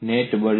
net બળ 0